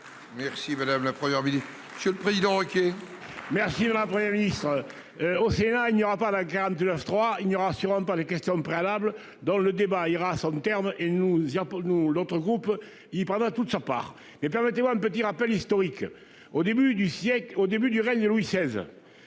Merci madame, la Première midi sur le président qui. Merci la vraie ministre. Au Sénat, il n'y aura pas la. Trois, il n'y aura sûrement pas les questions préalables dans le débat ira à son terme et nous il y a pour nous l'autre groupe. Il prendra toute sa part. Et permettez-moi un petit rappel historique. Au début du siècle au début du règne de Louis XVI.